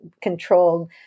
controlled